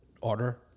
Order